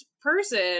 person